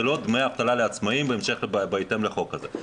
זה לא דמי אבטלה לעצמאים בהתאם לחוק הזה.